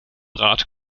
rat